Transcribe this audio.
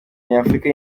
nyafurika